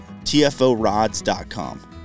tforods.com